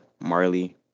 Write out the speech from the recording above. Marley